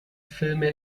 filme